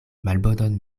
malbonon